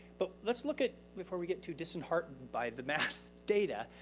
but let's look at, before we get too disenheartened by the math data,